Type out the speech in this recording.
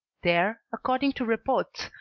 there, according to reports,